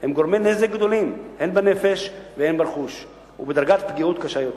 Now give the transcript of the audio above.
הם גורמי נזק גדולים הן בנפש והן ברכוש ובדרגות פגיעה קשות יותר.